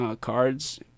cards